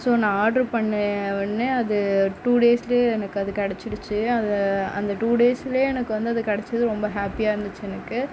so நான் order பண்ணிண உடனே அது டூ டேஸ்லேயே எனக்கு அது கிடச்சிடுச்சி அதை அந்த டூ டேஸ்லேயே எனக்கு வந்து அது கிடச்சது ரொம்ப ஹாப்பியாக இருந்துச்சு எனக்கு